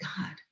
God